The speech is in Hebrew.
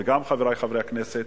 וגם חברי חברי הכנסת,